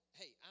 hey